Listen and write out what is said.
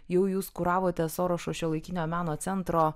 jau jūs kuravote sorošo šiuolaikinio meno centro